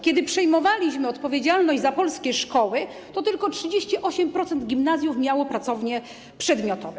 Kiedy przejmowaliśmy odpowiedzialność za polskie szkoły, to tylko 38% gimnazjów miało pracownie przedmiotowe.